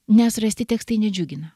nes rasti tekstai nedžiugina